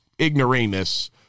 ignoramus